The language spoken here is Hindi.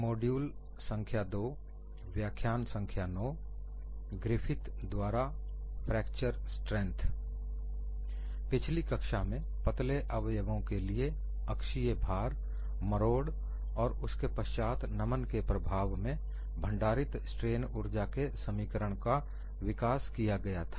हमने पिछली कक्षा में पतले अवयवों के लिए अक्षीय भार मरोड़ और उसके पश्चात नमन axial load torsion then bending के प्रभाव में भंडारित स्ट्रेन ऊर्जा के समीकरणों का विकास किया था